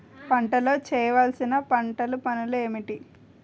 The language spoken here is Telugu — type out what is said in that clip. పంటలో చేయవలసిన పంటలు పనులు ఏంటి?